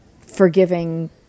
forgiving